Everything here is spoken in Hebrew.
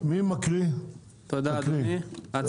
"י"א